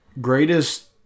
Greatest